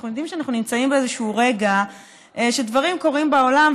אנחנו יודעים שאנחנו נמצאים באיזשהו רגע שדברים קורים בעולם,